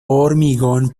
hormigón